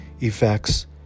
effects